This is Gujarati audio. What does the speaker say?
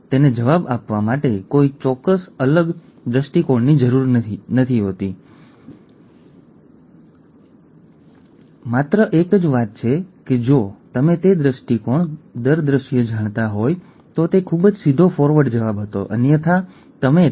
તમને ભારતમાં આવા રોગોના વ્યાપનો ખ્યાલ આપે છે